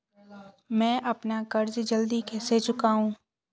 मैं अपना कर्ज जल्दी कैसे चुकाऊं?